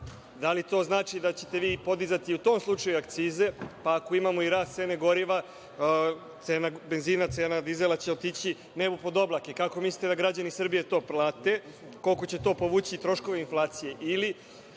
li to znači da ćete vi podizati u tom slučaju akcize, pa ako imamo i rast cene goriva, cena benzina, cena dizela će otići nebu pod oblake? Kako mislite da građani Srbije to plate? Koliko će to povući troškove inflacije?